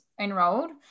enrolled